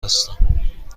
هستم